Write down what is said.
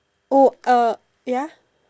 oh uh ya